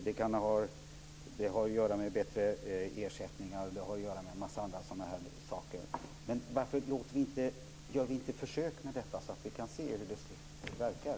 Det har att göra med bättre ersättningar och med en massa andra sådana saker. Varför gör vi inte ett försök med detta, så att vi kan se hur det verkar?